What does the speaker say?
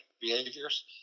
behaviors